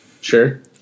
Sure